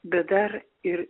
bet dar ir